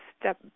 step